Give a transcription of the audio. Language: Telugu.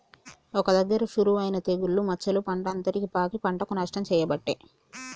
ఒక్క దగ్గర షురువు అయినా తెగులు మచ్చలు పంట అంతటికి పాకి పంటకు నష్టం చేయబట్టే